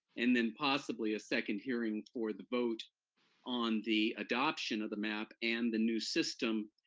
and then possibly a second hearing for the vote on the adoption of the map and the new system.